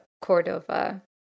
Cordova